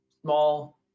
small